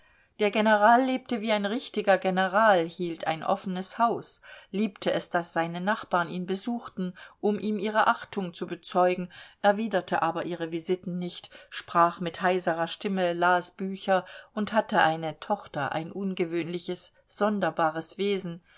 der general lebte wie ein richtiger general hielt ein offenes haus liebte es daß seine nachbarn ihn besuchten um ihm ihre achtung zu bezeugen erwiderte aber ihre visiten nicht sprach mit heiserer stimme las bücher und hatte eine tochter ein ungewöhnliches sonderbares wesen